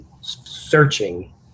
searching